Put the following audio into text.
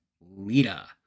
Lita